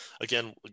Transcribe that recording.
again